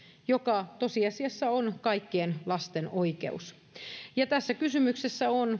joka tosiasiassa on kaikkien lasten oikeus tässä on